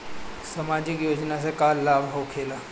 समाजिक योजना से का लाभ होखेला?